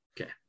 Okay